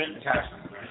Attachment